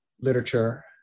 literature